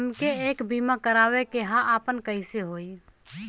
हमके एक बीमा करावे के ह आपन कईसे होई?